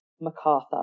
MacArthur